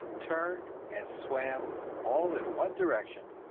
turned and swam all in one direction,